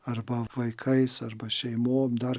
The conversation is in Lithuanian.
arba vaikais arba šeimom dar